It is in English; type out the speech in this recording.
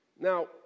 Now